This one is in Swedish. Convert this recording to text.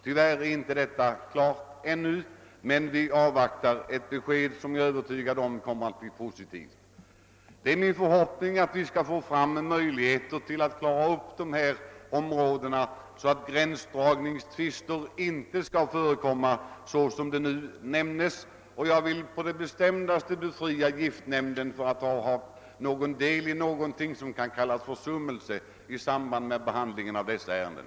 Tyvärr är saken ännu inte klar, men jag är övertygad om att resultatet kommer att bli positivt. Det är alltså min förhoppning att gränsdragningstvister i fortsättningen inte skall behöva förekomma, men jag vill på det bestämdaste befria giftnämnden från misstanken att ha haft del i någonting som kan kallas försummelser i samband med behandlingen av olika ärenden.